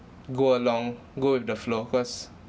go along go with the flow cause